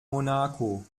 monaco